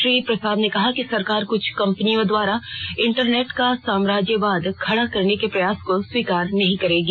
श्री प्रसाद ने कहा कि सरकार कुछ कंपनियों द्वारा इंटरनेट का साम्राज्यवाद खडा करने के प्रयास को स्वीकार नहीं करेगी